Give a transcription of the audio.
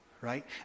right